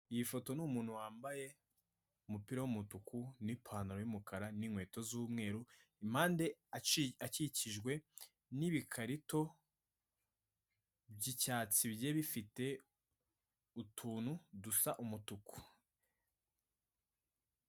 Iyi foto n'umuntu wambaye umupira w'umutuku n'ipantaro yumukara ninkweto z'umweru, impande ye akikijwe nibikarito by'icyatsi bigiye bifite utuntu dusa umutuku.